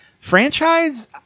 Franchise